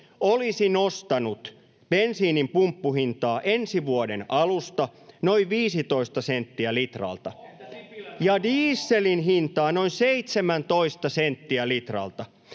olisi nostanut bensiinin pumppuhintaa ensi vuoden alusta noin 15 senttiä litralta ja dieselin hintaa noin 17 senttiä litralta.